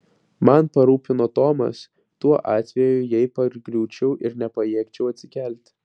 man parūpino tomas tuo atveju jei pargriūčiau ir nepajėgčiau atsikelti